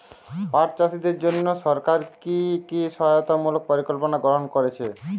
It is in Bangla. পাট চাষীদের জন্য সরকার কি কি সহায়তামূলক পরিকল্পনা গ্রহণ করেছে?